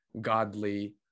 godly